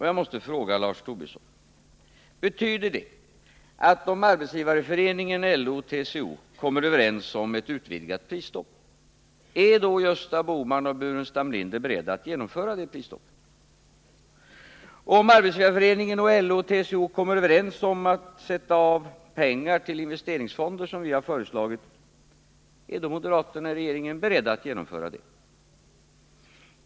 Jag måste då fråga Lars Tobisson: Betyder det att om Arbetsgivareföreningen, LO och TCO kommer överens om ett utvidgat prisstopp, så är Gösta Bohman och Staffan Burenstam Linder beredda att genomföra det prisstoppet? Om Arbetsgivareföreningen, LO och TCO kommer överens om att sätta av pengar till investeringsfonder som vi har föreslagit, är då moderaterna i regeringen verkligen beredda att genomföra det förslaget?